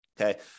okay